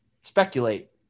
speculate